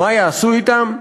מה יעשו אתם?